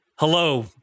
Hello